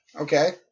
Okay